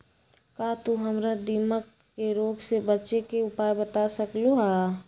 का तू हमरा दीमक के रोग से बचे के उपाय बता सकलु ह?